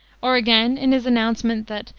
or, again, in his announcement that,